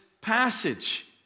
passage